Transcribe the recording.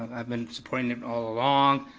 i've been supporting it all along,